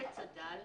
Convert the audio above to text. לא בצד"ל,